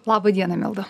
laba diena milda